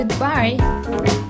Goodbye